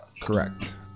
Correct